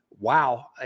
wow